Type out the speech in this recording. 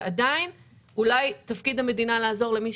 ועדיין אולי תפקיד המדינה לעזור למי